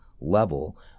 level